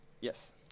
Yes